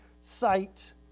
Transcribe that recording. sight